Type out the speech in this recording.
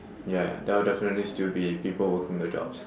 ya there'll definitely still be people working the jobs